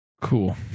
Cool